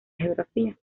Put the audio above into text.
geografía